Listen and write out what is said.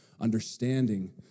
understanding